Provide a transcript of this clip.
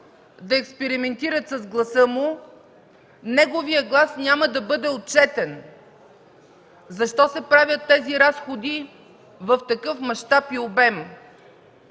да експериментират с гласа му, неговият глас няма да бъде отчетен. Защо се правят тези разходи в такъв мащаб и обем?